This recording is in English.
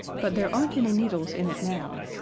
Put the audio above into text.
but there aren't any needles in it now.